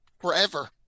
forever